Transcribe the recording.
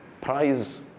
prize